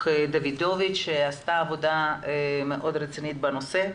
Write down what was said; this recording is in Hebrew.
דוידוביץ' שעשתה עבודה מאוד רצינית בנושא,